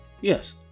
Yes